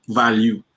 value